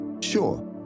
Sure